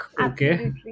Okay